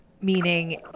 Meaning